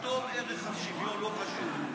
פתאום ערך השוויון לא חשוב.